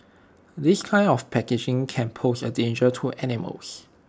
this kind of packaging can pose A danger to animals